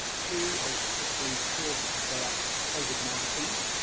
two, i'll quickly talk about covid nineteen.